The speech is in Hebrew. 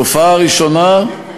תופעה ראשונה,